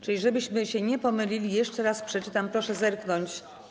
Czyli żebyśmy się nie pomylili, jeszcze raz przeczytam, proszę zerknąć.